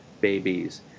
babies